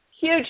huge